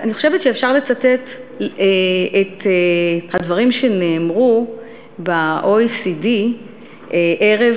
אני חושבת שאפשר לצטט את הדברים שנאמרו ב-OECD ערב